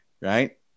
right